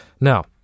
Now